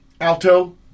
alto